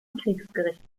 kriegsgericht